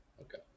okay